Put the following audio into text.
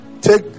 take